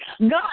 God